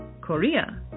Korea